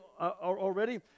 already